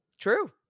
True